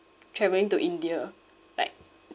travelling to india like